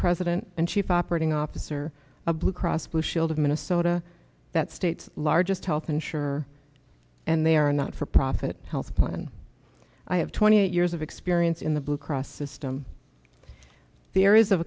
president and chief operating officer of blue cross blue shield of minnesota that state's largest health insurer and they are not for profit health plan i have twenty eight years of experience in the blue cross system the areas of